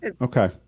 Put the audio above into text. okay